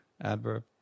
adverb